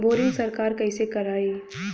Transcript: Boring सरकार कईसे करायी?